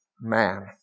man